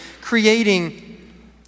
creating